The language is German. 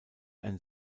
ein